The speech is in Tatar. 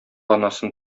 анасын